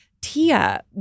Tia